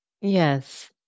Yes